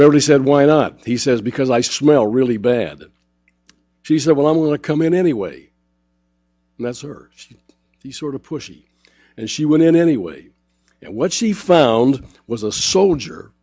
beverly said why not he says because i smell really bad she said well i'm going to come in anyway and that's her he sort of pushy and she went in anyway and what she found was a soldier